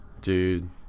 Dude